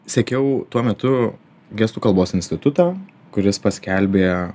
sekiau tuo metu gestų kalbos institutą kuris paskelbė